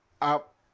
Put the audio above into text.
Up